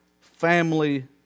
family